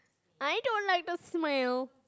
I don't like the smell